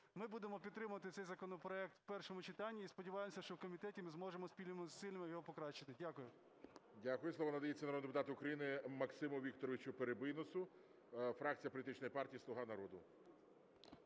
Ми будемо підтримувати цей законопроект у першому читанні і сподіваємося, що в комітеті ми зможемо спільними зусиллями його покращити. Дякую. ГОЛОВУЮЧИЙ. Дякую. Слово надається народному депутату України Максиму Вікторовичу Перебийносу, фракція політичної партії "Слуга народу".